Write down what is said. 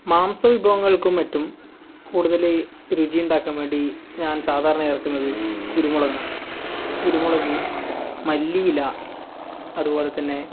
മാംസ വിഭവങ്ങൾക്കും മറ്റും കൂടുതൽ രുചി ഉണ്ടാക്കാൻ വേണ്ടി ഞാൻ സാധാരണ ചേർക്കുന്നത് കുരുമുളകാണ് കുരുമുളക് മല്ലിയില അതുപോലെ തന്നെ